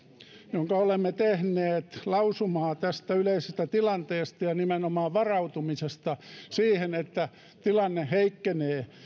jonka olemme tehneet lausumaa tästä yleisestä tilanteesta ja nimenomaan varautumisesta siihen että tilanne heikkenee